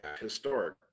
historic